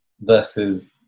versus